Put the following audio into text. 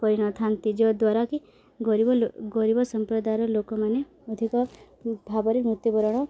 କରିନଥାନ୍ତି ଯଦ୍ୱାରା କି ଗରିବ ଗରିବ ସମ୍ପ୍ରଦାୟର ଲୋକମାନେ ଅଧିକ ଭାବରେ ମୃତ୍ୟୁବରଣ